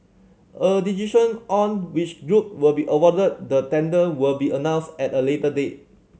a decision on which group will be awarded the tender will be announced at a later date